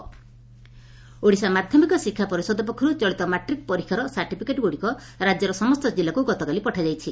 matric certificate Odisha ମାଧ୍ଧମିକ ଶିକ୍ଷା ପରିଷଦ ପକ୍ଷରୁ ଚଳିତ ମାଟ୍ରିକ ପରୀକ୍ଷାର ସାର୍ଟିଫିକେଟ୍ଗୁଡ଼ିକ ରାଜ୍ୟର ସମସ୍ତ ଜିଲ୍ଲାକୁ ଗତକାଲି ପଠାଯାଇଛି